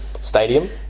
Stadium